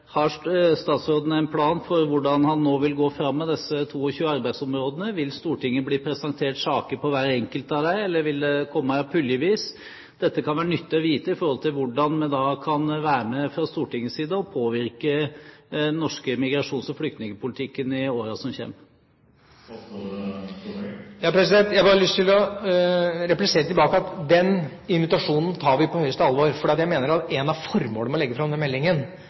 statsråden en plan for hvordan han nå vil gå fram med disse 22 arbeidsområdene? Vil Stortinget bli presentert saker på hver enkelt av dem, eller vil de komme puljevis? Dette kan være nyttig å vite i forhold til hvordan vi kan være med fra Stortingets side og påvirke den norske migrasjons- og flyktningpolitikken i årene som kommer. Jeg har bare lyst til å replisere tilbake at den invitasjonen tar vi på høyeste alvor, fordi jeg mener at et av formålene med å legge fram denne meldingen